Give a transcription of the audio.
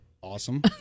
awesome